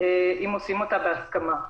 אם עושים אותה בהסכמה.